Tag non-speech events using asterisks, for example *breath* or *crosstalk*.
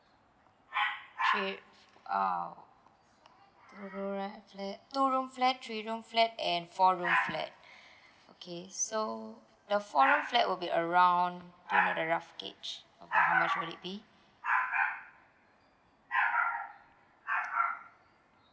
okay uh flat two room flat three room flat and four room flat *breath* okay so the four room flat will be around two hundred rough gauge how much will it be